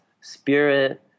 spirit